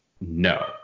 no